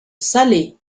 salé